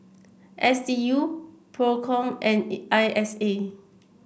S D U Procom and I S A